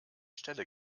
stelle